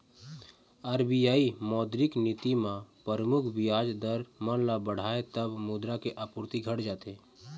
RBI मौद्रिक नीति म परमुख बियाज दर मन ल बढ़ाथे तब मुद्रा के आपूरति घट जाथे